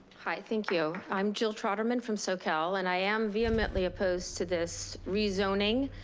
hi, thank you, i'm jill trotterman from soquel. and i um vehemently opposed to this rezoning.